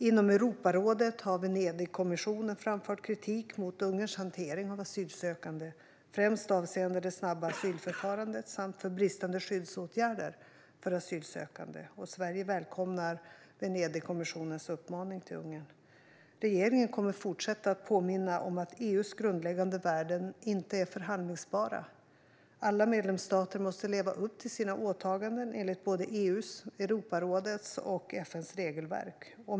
Inom Europarådet har en enig kommission framfört kritik mot Ungerns hantering av asylsökande, främst avseende det snabba asylförfarandet och bristande skyddsåtgärder för asylsökande. Sverige välkomnar Venedigkommissionens uppmaning till Ungern. Regeringen kommer att fortsätta påminna om att EU:s grundläggande värden inte är förhandlingsbara. Alla medlemsstater måste leva upp till sina åtaganden enligt såväl EU:s och Europarådets som FN:s regelverk.